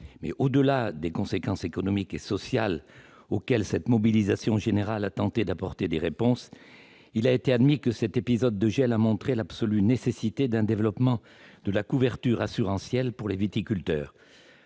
Au-delà des conséquences économiques et sociales auxquelles cette mobilisation générale a tenté d'apporter des réponses, il a été admis que cet épisode de gel a montré l'absolue nécessité d'un développement de la couverture assurantielle pour les viticulteurs.